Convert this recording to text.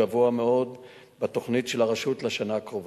גבוהה מאוד בתוכנית של הרשות לשנה הקרובה.